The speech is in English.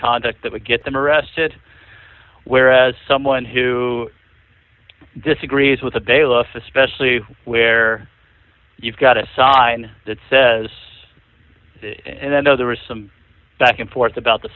conduct that would get them arrested whereas someone who disagrees with a bailiff especially where you've got a sign that says and then there is some back and forth about the